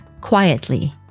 quietly